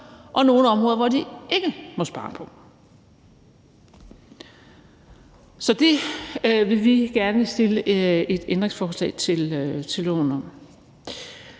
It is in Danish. og nogle områder, som de ikke må spare på. Så det vil vi gerne stille et ændringsforslag til lovforslaget om.